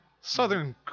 Southern